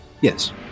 Yes